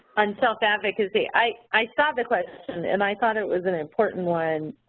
on self-advocacy. i i saw the question and i thought it was an important one